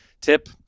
tip